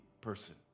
person